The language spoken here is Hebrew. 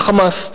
ל"חמאס",